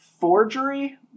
Forgery